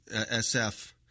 SF